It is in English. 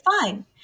fine